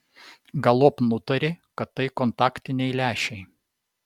galop nutarė kad tai kontaktiniai lęšiai